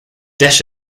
dash